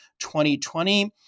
2020